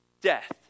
death